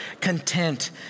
content